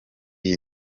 iyi